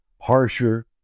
harsher